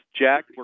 Jack